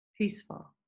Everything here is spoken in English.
peaceful